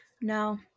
No